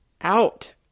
Out